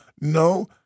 No